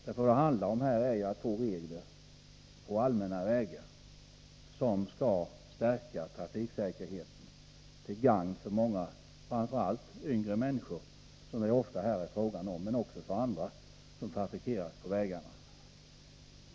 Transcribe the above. Vad det här handlar om är att på allmänna vägar få regler som skall stärka trafiksäkerheten, till gagn för många, framför allt yngre människor, som det här ofta är fråga om, men också för andra som trafikerar vägarna.